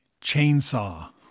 chainsaw